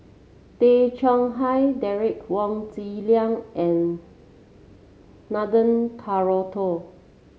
Tay Chong Hai Derek Wong Zi Liang and Nathan Hartono